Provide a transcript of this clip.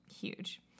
Huge